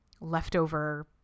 leftover